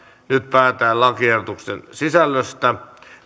päätetään lakiehdotusten sisällöstä